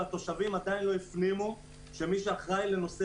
והתושבים עדיין לא הפנימו שמי שאחראי לנושא